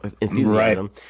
enthusiasm